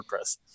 WordPress